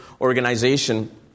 organization